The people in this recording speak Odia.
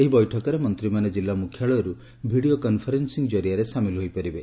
ଏହି ବୈଠକରେ ମନ୍ତୀମାନେ କିଲ୍ଲା ମୁଖ୍ୟାଳୟରୁ ଭିଡ଼ିଓ କନ୍ଫରେନ୍ୱିଂ ମାଧ୍ଧମରେ ସାମିଲ୍ ହୋଇପାରିବେ